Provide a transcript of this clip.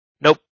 Nope